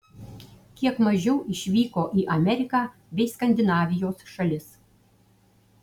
kiek mažiau išvyko į ameriką bei skandinavijos šalis